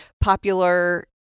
popular